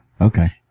Okay